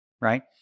Right